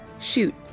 Shoot